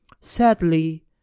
Sadly